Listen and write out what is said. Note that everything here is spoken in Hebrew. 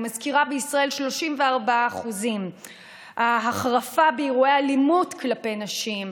אני מזכירה בישראל זה 34%; למרות ההחרפה באירועי אלימות כלפי נשים,